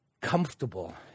comfortable